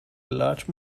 large